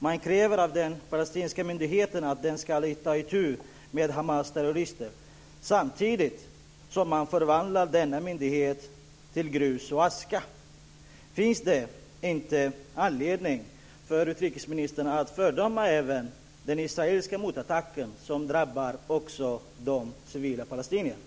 Man kräver av den palestinska myndigheten att den ska ta itu med Hamas terrorister, samtidigt som man lägger denna myndighet i grus och aska. Finns det inte anledning för utrikesministern att fördöma även den israeliska motattacken, som drabbar också de civila palestinierna?